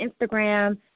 Instagram